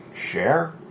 share